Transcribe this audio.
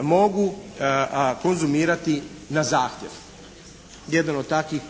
mogu konzumirati na zahtjev. Jedan od takvih